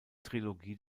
trilogie